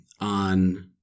on